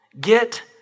Get